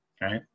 right